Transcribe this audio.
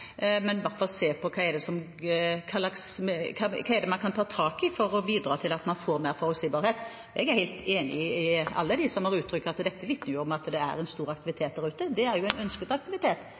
men i hvert fall se på hva man kan ta tak i for å bidra til at man får mer forutsigbarhet. Jeg er helt enig med alle dem som har uttrykt at dette vitner om at det er en stor aktivitet der ute. Det er jo en ønsket aktivitet,